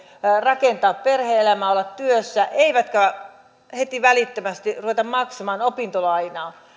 rakentaa perhe elämää olla työssä eivätkä heti välittömästi ruveta maksamaan opintolainaa